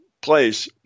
place